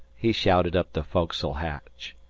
he shouted up the foc'sle hatch,